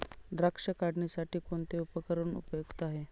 द्राक्ष काढणीसाठी कोणते उपकरण उपयुक्त आहे?